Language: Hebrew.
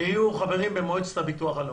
שיהיו חברים במועצת הביטוח הלאומי?